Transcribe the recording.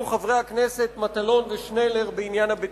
חברי הכנסת מטלון ושנלר בעניין הבטיחות,